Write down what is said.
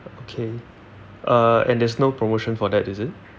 okay uh and there's no promotion for that is it